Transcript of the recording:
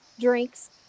drinks